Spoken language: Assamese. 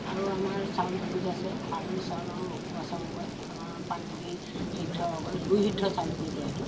আৰু আমাৰ চাউল দুবিধ আছে আঢ়ৈ চাউল আৰু উখোৱা চাউল কয় আমাৰ পানী দি সিদ্ধ দুই সিদ্ধ চাউল কয় সেইটো